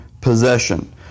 possession